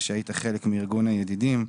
ושהיית חלק מארגון ידידים.